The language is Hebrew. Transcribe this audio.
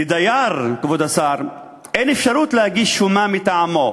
לדייר, כבוד השר, אין אפשרות להגיש שומה מטעמו.